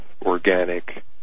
organic